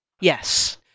Yes